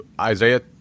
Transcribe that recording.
Isaiah